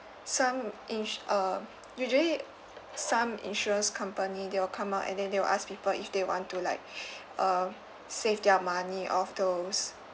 some ins~ uh usually some insurance company they'll come out and then they will ask people if they want to like uh save their money all those